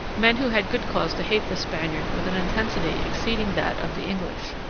men who had good cause to hate the spaniard with an intensity exceeding that of the english.